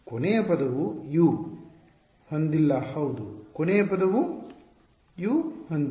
ಕೊನೆಯ ಪದವು U ಹೊಂದಿಲ್ಲ ಹೌದು ಕೊನೆಯ ಪದವು U ಹೊಂದಿಲ್ಲ